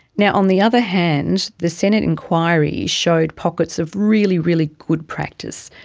yeah on the other hand, the senate enquiry showed pockets of really, really good practice,